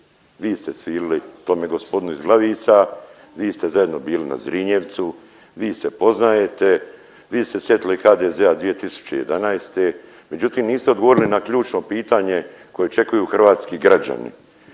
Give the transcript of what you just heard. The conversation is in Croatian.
Vi ste cvilili tome gospodinu iz Glavica, vi ste zajedno bili na Zrinjevcu, vi ste poznajete. Vi ste se sjetili HDZ-a 2011., međutim niste odgovorili na ključno pitanje koje čekaju hrvatski građani.